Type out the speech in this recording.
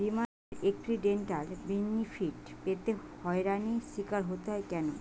বিমার accidental benefit পেতে হয়রানির স্বীকার হতে হয় কেন?